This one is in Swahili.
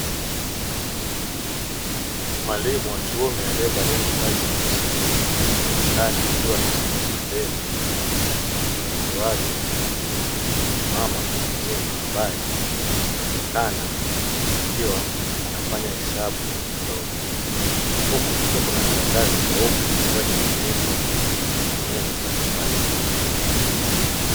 Mwalimu wa kiume aliyevalia mavazi meusi anaonekana akiwa amesimama pembeni na mwanafunzi wake mama mtu mzima ambaye anaonekana akiwa anafanya hesabu ndogo, huku kukiwa na karatasi jeupe lililoandikwa maneno mbalimbali.